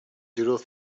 doodle